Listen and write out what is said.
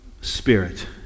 spirit